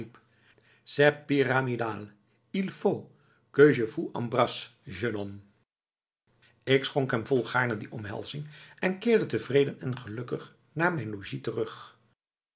il faut que je vous embrasse jeune homme ik schonk hem volgaarne die omhelzing en keerde tevreden en gelukkig naar mijn logies terug